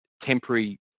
temporary